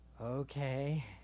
okay